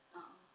a'ah